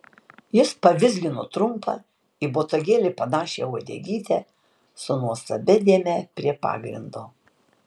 jis pavizgino trumpą į botagėlį panašią uodegytę su nuostabia dėme prie pagrindo